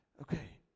Okay